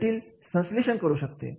जटिल संसलेशन करू शकते